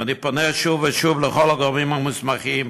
ואני פונה שוב ושוב לכל הגורמים המוסמכים: